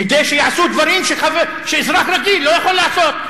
כדי שיעשו דברים שאזרח רגיל לא יכול לעשות.